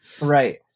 Right